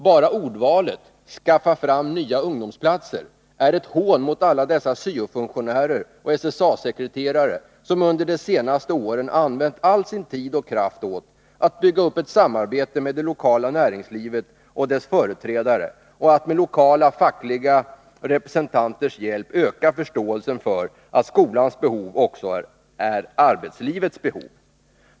Bara ordvalet ”skaffa fram nya ungdomsplatser” är ett hån mot alla dessa syo-funktionärer och SSA-sekreterare som under de senaste åren använt all sin tid och kraft åt att bygga upp ett samarbete med det lokala näringslivet och dess företrädare och att med lokala fackliga representanters hjälp öka förståelsen för att skolans behov också är arbetslivets behov.